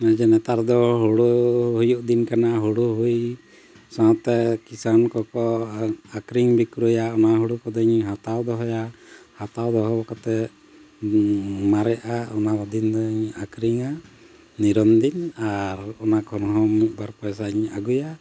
ᱚᱱᱮᱡᱮ ᱱᱮᱛᱟᱨ ᱫᱚ ᱦᱩᱲᱩ ᱦᱩᱭᱩᱜ ᱫᱤᱱ ᱠᱟᱱᱟ ᱦᱩᱲᱩ ᱦᱩᱭ ᱥᱟᱶᱛᱮ ᱠᱤᱥᱟᱱ ᱠᱚᱠᱚ ᱟᱹᱠᱷᱨᱤᱧ ᱵᱤᱠᱨᱚᱭᱟ ᱚᱱᱟ ᱦᱩᱲᱩ ᱠᱚᱫᱚ ᱤᱧᱤᱧ ᱦᱟᱛᱟᱣ ᱫᱚᱦᱚᱭᱟ ᱦᱟᱛᱟᱣ ᱫᱚᱦᱚ ᱠᱟᱛᱮᱫ ᱢᱟᱨᱮᱜᱼᱟ ᱚᱱᱟ ᱵᱟᱫᱮᱧ ᱫᱚᱧ ᱟᱹᱠᱷᱨᱤᱧᱟ ᱱᱤᱨᱚᱱ ᱫᱤᱱ ᱟᱨ ᱚᱱᱟ ᱠᱷᱚᱱ ᱦᱚᱸ ᱢᱤᱫ ᱵᱟᱨ ᱯᱚᱭᱥᱟᱧ ᱟᱹᱜᱩᱭᱟ